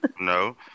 No